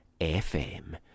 FM